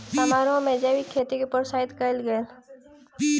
समारोह में जैविक खेती के प्रोत्साहित कयल गेल